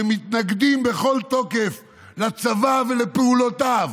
שמתנגדים בכל תוקף לצבא ולפעולותיו,